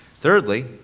Thirdly